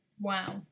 Wow